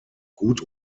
gut